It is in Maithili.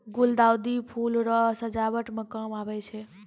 गुलदाउदी फूल रो सजावट मे काम आबै छै